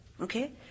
Okay